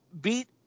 beat